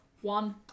One